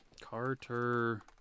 Carter –